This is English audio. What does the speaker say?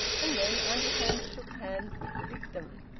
and then auntie hamps shook hands with the victim.